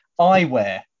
eyewear